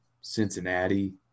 Cincinnati